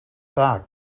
back